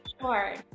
Sure